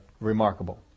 remarkable